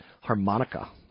harmonica